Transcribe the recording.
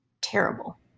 terrible